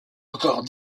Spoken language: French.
encore